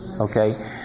okay